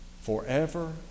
Forever